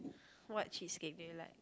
what cheesecake do you like